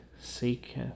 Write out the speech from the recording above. seek